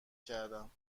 کردم